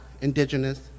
indigenous